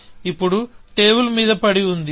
ఇప్పుడు టేబుల్ మీద పడి ఉంది